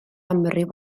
amryw